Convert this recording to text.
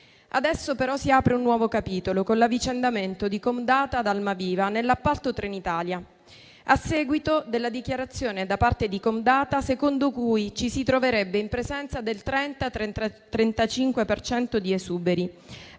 Adesso, però, si apre un nuovo capitolo con l'avvicendamento di Comdata ad Almaviva nell'appalto Trenitalia, a seguito della dichiarazione, da parte di Comdata, secondo cui ci si troverebbe in presenza del 30-35 per